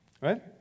Right